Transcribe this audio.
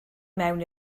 mewn